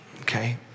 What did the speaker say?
okay